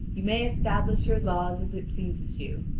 you may establish your laws as it pleases you,